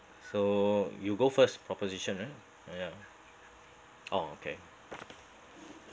so you go first proposition uh ugh ya oh okay